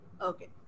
okay